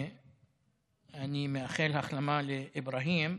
אני מאחל החלמה לאבראהים,